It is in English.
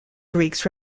greeks